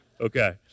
Okay